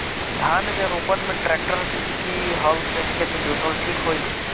धान के रोपन मे ट्रेक्टर से की हल से खेत जोतल ठीक होई?